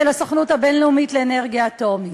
של הסוכנות הבין-לאומית לאנרגיה אטומית.